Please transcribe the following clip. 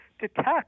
detect